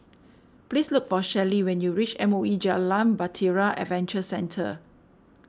please look for Shelli when you reach M O E Jalan Bahtera Adventure Centre